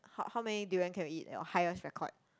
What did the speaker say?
how how many durian can you eat at your highest record